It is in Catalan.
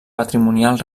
patrimonial